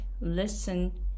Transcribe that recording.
listen